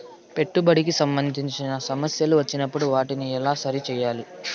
పెట్టుబడికి సంబంధించిన సమస్యలు వచ్చినప్పుడు వాటిని ఎలా సరి చేయాలి?